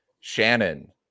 Shannon